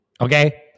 Okay